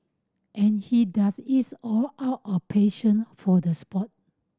and he does it all out of passion for the sport